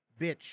bitch